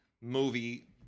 movie